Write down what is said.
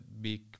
big